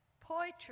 Poetry